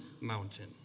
mountain